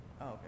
Okay